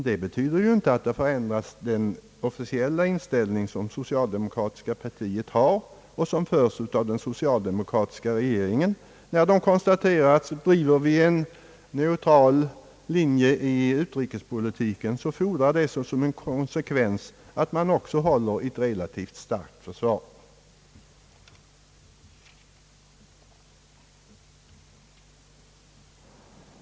Det betyder inte någon förändring av socialdemokratiska partiets officiella inställning, som framförs av regeringen när den konstaterar att när vi driver en neutral linje i utrikespolitiken så fordrar det såsom en konsekvens att man också håller ett relativt starkt försvar.